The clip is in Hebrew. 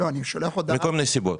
מכל מיני סיבות.